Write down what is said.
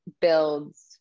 builds